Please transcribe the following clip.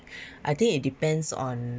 I think it depends on